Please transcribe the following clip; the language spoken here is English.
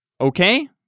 Okay